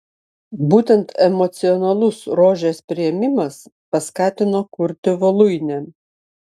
būtent emocionalus rožės priėmimas paskatino kurti voluinę